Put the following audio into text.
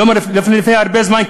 לא לפני הרבה זמן,